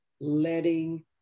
letting